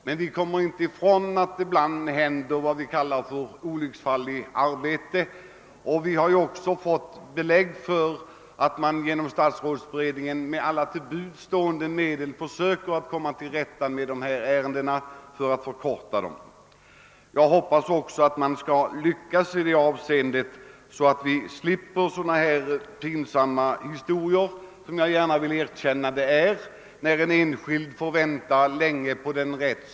Men ibland inträffar vad vi kallar olycksfall i arbetet, och vi har fått belägg för att man inom statsrådsberedningen på allt sätt försöker komma till rätta med problemet och skyndar på remissbehandlingen. Jag hoppas att man skall lyckas härmed, så att vi slipper sådana pinsamma historier som att en enskild länge får vänta på sin rätt.